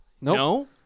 no